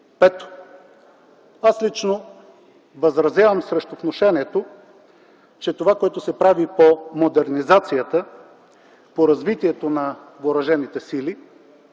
Пето, аз лично възразявам срещу внушението, че това, което се прави по модернизацията, по развитието на въоръжените сили,